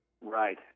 Right